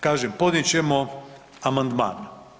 Kažem, podnijet ćemo amandman.